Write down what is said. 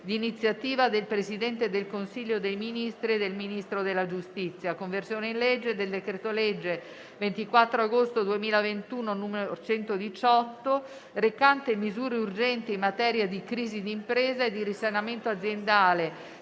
di iniziativa del Presidente del Consiglio dei ministri e del Ministro della giustizia: «Conversione in legge del decreto-legge 24 agosto 2021, n 118, recante misure urgenti in materia di crisi di impresa e di risanamento aziendale,